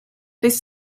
this